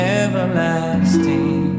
everlasting